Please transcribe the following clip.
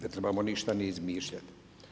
Ne trebamo ništa ni izmišljati.